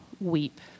weep